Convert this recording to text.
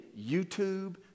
YouTube